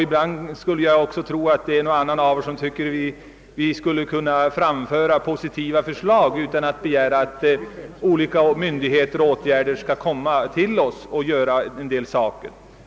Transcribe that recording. Ibland har nog en och annan tyckt, att vi fler gånger borde framföra positiva förslag och inte bara begära att olika myndigheter skall vidta åtgärder inom vårt län.